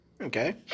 Okay